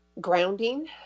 grounding